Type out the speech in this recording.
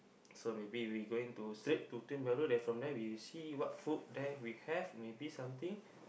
so maybe we going to slip to Tiong-Bahru then from there we see what food there we have maybe something